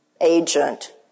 agent